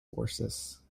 forces